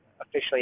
officially